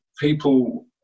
people